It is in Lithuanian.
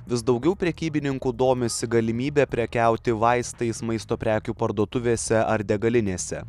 vis daugiau prekybininkų domisi galimybe prekiauti vaistais maisto prekių parduotuvėse ar degalinėse